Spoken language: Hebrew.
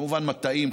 וכמובן מטעים,